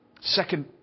Second